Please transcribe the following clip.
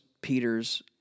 Peter's